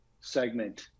segment